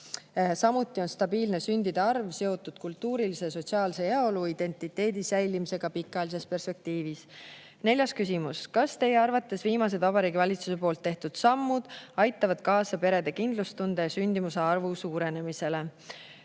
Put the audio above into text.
Samuti on stabiilne sündide arv seotud kultuurilise ja sotsiaalse heaolu ning identiteedi säilimisega pikaajalises perspektiivis. Neljas küsimus: "Kas teie arvates viimased Vabariigi Valitsuse poolt tehtud sammud […] aitavad kaasa perede kindlustunde ja sündimuse arvu suurenemisele?"